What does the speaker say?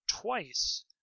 twice